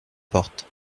porte